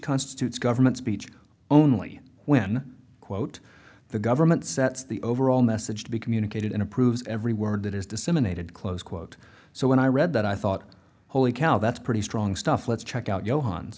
constitutes government speech only when quote the government sets the overall message to be communicated in approves every word that is disseminated close quote so when i read that i thought holy cow that's pretty strong stuff let's check out johan